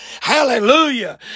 Hallelujah